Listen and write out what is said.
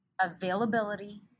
availability